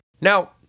Now